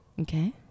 Okay